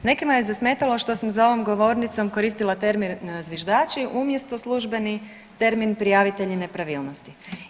Nekima je zasmetalo što sam za ovom govornicom koristila termin zviždači, umjesto službeni termin prijavitelji nepravilnosti.